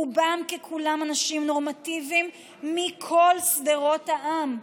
רובם ככולם אנשים נורמטיביים מכל שדרות העם,